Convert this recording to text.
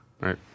right